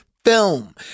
Film